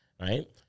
Right